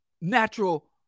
natural